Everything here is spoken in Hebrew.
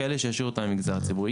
כאלה שישאירו אותם במגזר הציבורי.